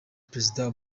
perezida